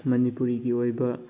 ꯃꯅꯤꯄꯨꯔꯤꯒꯤ ꯑꯣꯏꯕ